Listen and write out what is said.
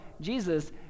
Jesus